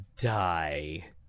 die